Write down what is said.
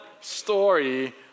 story